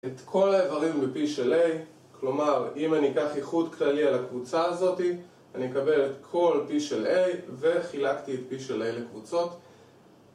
את כל האברים בפי של A, כלומר אם אני אקח ייחוד כללי על הקבוצה הזאת, אני אקבל את כל פי של A וחילקתי את פי של A לקבוצות